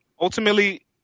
Ultimately